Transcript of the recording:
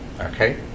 okay